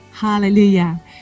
Hallelujah